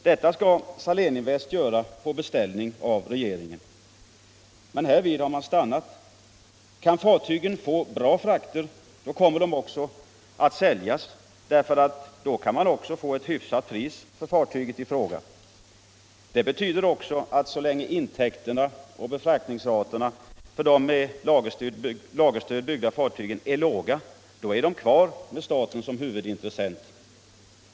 Saléninvest skall göra det på beställning av regeringen. Men härvid har man stannat. Och det innebär: Kan fartygen få bra frakter, kommer de att säljas därför att i så fall kan man också få ut hyfsade priser för dem. Det betyder också att så länge intäkterna och fraktraterna för de med statligt lagerstöd uppbyggda fartygen är låga, är de kvar hos sin ägare med staten som huvudintressent.